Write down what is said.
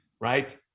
right